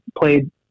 played